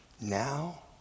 Now